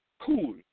cool